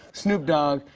snoop dogg.